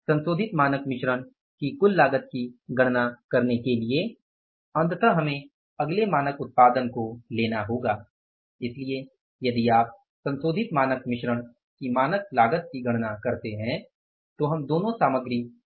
संशोधित मानक मिश्रण की कुल लागत की गणना करने के लिए अंततः हमें अगले मानक उत्पादन को लेना होगा इसलिए यदि आप संशोधित मानक मिश्रण की मानक लागत की गणना करते हैं तो हम दोनों सामग्री के लिए गणना करेंगे